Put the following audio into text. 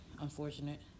Unfortunate